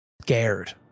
Scared